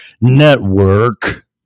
Network